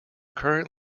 current